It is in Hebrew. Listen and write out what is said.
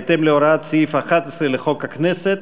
בהתאם להוראת סעיף 11 לחוק הכנסת,